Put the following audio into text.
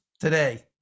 today